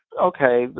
okay,